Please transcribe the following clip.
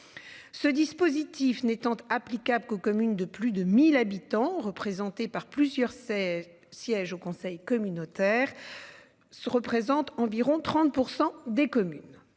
Ce dispositif n'étant applicable qu'aux communes de plus de 1000 habitants représentés par plusieurs. Sièges au conseil communautaire. Se représente environ 30% des communes.